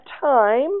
time